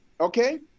okay